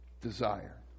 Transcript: desire